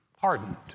Pardoned